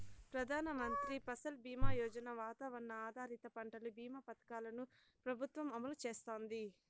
ప్రధాన మంత్రి ఫసల్ బీమా యోజన, వాతావరణ ఆధారిత పంటల భీమా పథకాలను ప్రభుత్వం అమలు చేస్తాంది